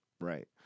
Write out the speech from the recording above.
right